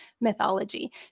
mythology